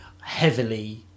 heavily